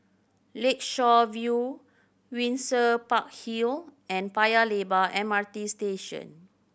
Lakeshore View Windsor Park Hill and Paya Lebar M R T Station